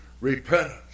repentance